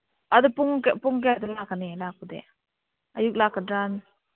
ꯑꯗꯨ ꯄꯨꯡ ꯀꯌꯥꯗ ꯂꯥꯛꯀꯅꯤ ꯂꯥꯛꯄꯗꯤ ꯑꯌꯨꯛ ꯂꯥꯛꯀꯗ꯭ꯔ